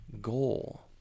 goal